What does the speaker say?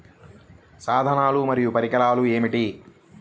సాధనాలు మరియు పరికరాలు ఏమిటీ?